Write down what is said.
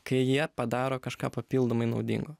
kai jie padaro kažką papildomai naudingo